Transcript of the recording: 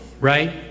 right